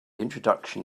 introduction